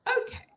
Okay